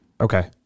Okay